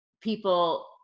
people